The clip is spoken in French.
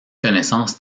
connaissances